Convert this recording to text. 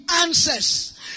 answers